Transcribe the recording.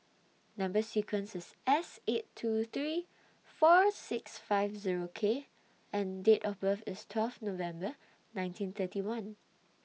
Number sequence IS S eight two three four six five Zero K and Date of birth IS twelve November nineteen thirty one